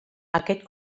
aquest